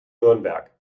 nürnberg